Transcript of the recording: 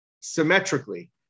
symmetrically